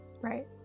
Right